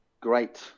great